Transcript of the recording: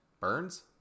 Burns